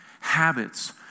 habits